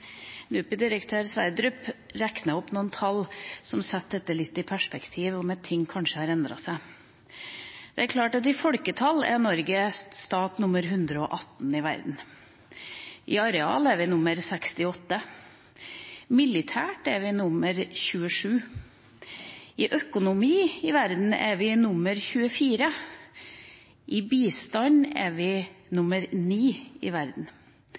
verden. NUPI-direktør Sverdrup ramset opp noen tall som setter dette litt i perspektiv, om at ting kanskje har endret seg. Det er klart at i folketall er Norge stat nummer 118 i verden, i areal er vi nummer 68, militært er vi nummer 27, når det gjelder økonomi i verden, er vi nummer 24, innen bistand er vi nummer 9 i verden,